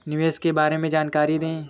निवेश के बारे में जानकारी दें?